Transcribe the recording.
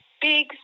big